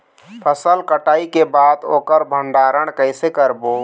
फसल कटाई के बाद ओकर भंडारण कइसे करबो?